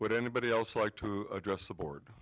with anybody else like to address the board